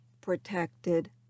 protected